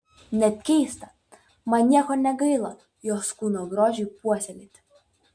net keista man nieko negaila jos kūno grožiui puoselėti